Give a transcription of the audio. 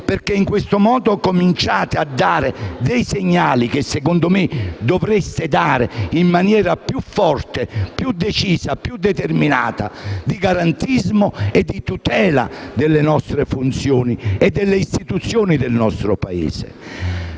perché in questo modo cominciate a dare segnali - che secondo me dovreste dare in maniera più forte, più decisa, più determinata - di garantismo e di tutela delle nostre funzioni e delle istituzioni del nostro Paese.